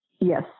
Yes